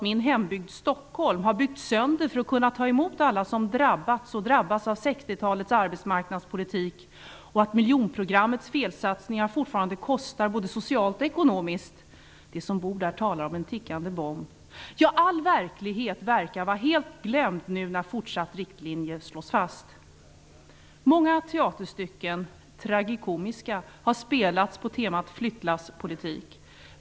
Min hembygd Stockholm har byggts sönder för att kunna ta emot alla som drabbats och drabbas av 60-talets arbetsmarknadspolitik. Miljonprogrammets felsatsningar kostar fortfarande både socialt och ekonomiskt. De som bor där talar om en tickande bomb. All verklighet verkar vara helt glömd nu när fortsatta riktlinjer slås fast. Många teaterstycken - tragikomiska - har spelats på temat flyttlasspolitik.